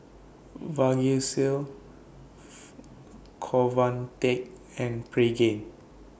Vagisil Convatec and Pregain